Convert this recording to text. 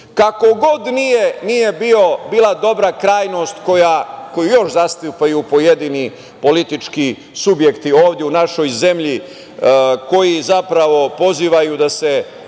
Kako god nije bila dobra krajnost koju još zastupaju pojedini politički subjekti ovde u našoj zemlji, koji zapravo pozivaju da se